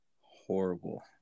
Horrible